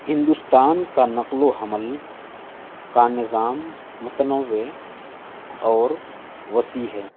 ہندوستان کا نقل و حمل کا نظام متنووع اور وسیع ہے